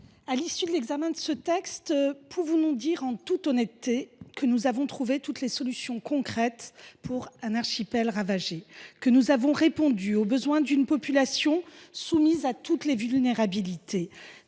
à l’issue de l’examen de ce texte, pouvons nous dire en toute honnêteté que nous avons trouvé toutes les solutions concrètes pour un archipel ravagé ? Que nous avons répondu aux besoins d’une population soumise à toutes les vulnérabilités ?